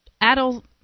adult